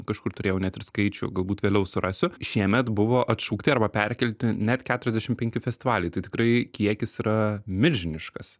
kažkur turėjau net ir skaičių galbūt vėliau surasiu šiemet buvo atšaukti arba perkelti net keturiasdešim penki festivaliai tai tikrai kiekis yra milžiniškas